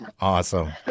Awesome